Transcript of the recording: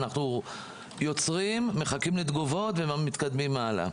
אנחנו יוצרים, מחכים לתגובות, ומתקדמים הלאה.